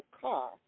car